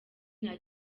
nta